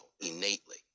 innately